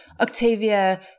Octavia